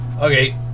Okay